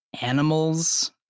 animals